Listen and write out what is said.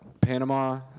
Panama